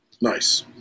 Nice